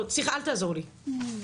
סליחה, אל תעזור לי, אדוני.